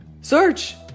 Search